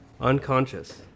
unconscious